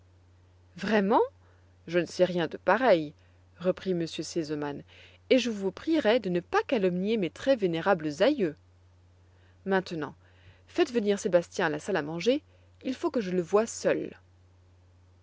vraiment je ne sais rien de pareil reprit m r sesemann et je vous prierai de ne pas calomnier mes très vénérables aïeux maintenant faites venir sébastien à la salle à manger il faut que je le voie seul